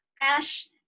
Ash